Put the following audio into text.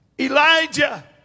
Elijah